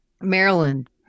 maryland